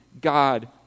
God